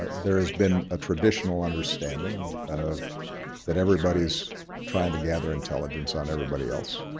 there has been a traditional understanding of that everybody is trying to gather intelligence on everybody else.